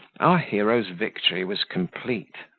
our hero's victory was complete.